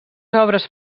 obres